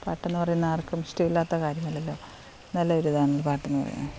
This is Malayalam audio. പാട്ടെന്ന് പറയുന്നതാർക്കും ഇഷ്ടമില്ലാത്ത കാര്യമല്ലല്ലോ നല്ലൊരുതാണ് പാട്ടെന്ന് പറയുന്നത്